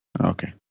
Okay